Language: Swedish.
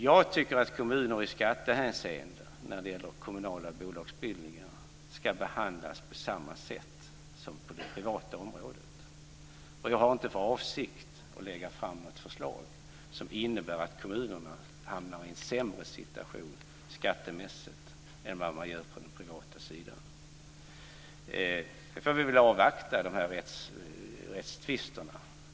När det gäller kommunala bolagsbildningar tycker jag att kommuner ska behandlas på samma sätt som privata i skattehänseende. Jag har inte för avsikt att lägga fram något förslag som innebär att kommunerna skattemässigt hamnar i en sämre situation än vad man gör på den privata sidan. Vi får väl avvakta de här rättstvisterna.